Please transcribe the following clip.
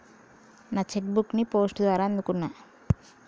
నా cheque book ని post ద్వారా అందుకున్నా